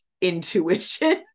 intuition